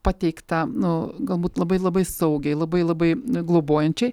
pateikta nu galbūt labai labai saugiai labai labai globojančiai